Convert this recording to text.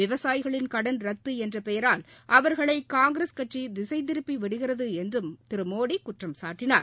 விவசாயிகளின் கடன் ரத்து என்ற பெயரால் அவர்களை காங்கிரஸ் கட்சி திசைத்திருப்பி விடுகிறது என்றும் திரு மோடி குற்றம்சாட்டினார்